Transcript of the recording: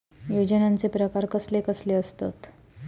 योजनांचे प्रकार कसले कसले असतत?